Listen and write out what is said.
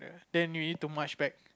then we need to march back